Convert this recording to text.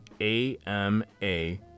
A-M-A